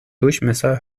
durchmesser